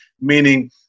meaning